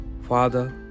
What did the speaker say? Father